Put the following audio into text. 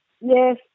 yes